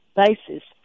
basis